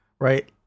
right